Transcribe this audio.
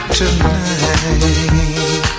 tonight